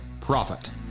profit